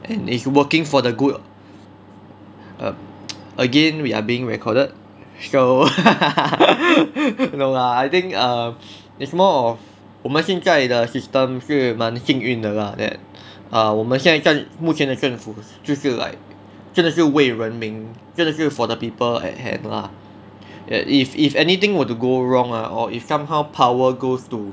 and is working for the good err again we are being recorded so no lah I think um it's more of 我们现在的 system 是蛮幸运的 lah that err 我们现在目前的政府就是 like 真的是为人民真的是 for the people at hand lah if if anything were to go wrong ah or if somehow power goes to